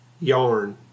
yarn